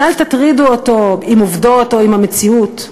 ואל תטרידו אותו עם עובדות או עם המציאות.